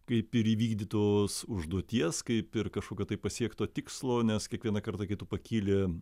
kaip ir įvykdytos užduoties kaip ir kažkokio tai pasiekto tikslo nes kiekvieną kartą kai tu pakyli